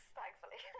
thankfully